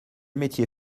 métier